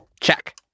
Check